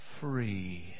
free